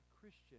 Christian